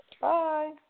Bye